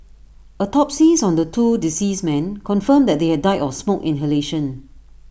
autopsies on the two deceased men confirmed that they had died of smoke inhalation